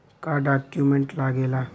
का डॉक्यूमेंट लागेला?